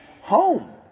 home